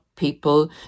people